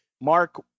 mark